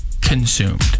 consumed